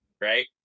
Right